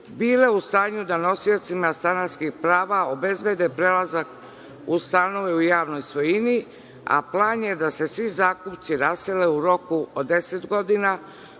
bile u stanju da nosiocima stanarskih prava obezbede prelazak u stanove u javnoj svojini, a plan je da se svi zakupci rasele u roku od 10 godina,